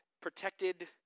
protected